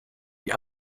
die